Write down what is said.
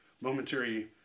momentary